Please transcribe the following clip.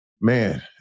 Man